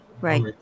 Right